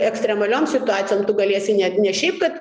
ekstremaliom situacijom tu galėsi net ne šiaip kad